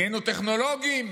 נהיינו טכנולוגיים.